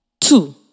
two